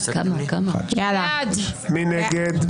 מי נגד?